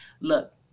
look